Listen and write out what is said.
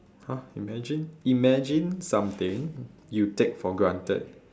!huh! imagine imagine something you take for granted